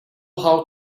how